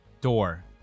Door